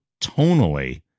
tonally